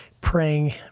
praying